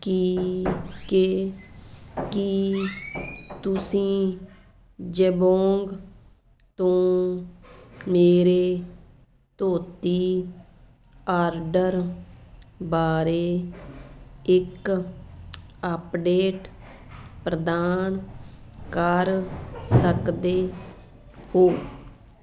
ਕਿ ਕੀ ਤੁਸੀਂ ਜਬੋਂਗ ਤੋਂ ਮੇਰੇ ਧੋਤੀ ਆਰਡਰ ਬਾਰੇ ਇੱਕ ਅਪਡੇਟ ਪ੍ਰਦਾਨ ਕਰ ਸਕਦੇ ਹੋ